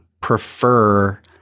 prefer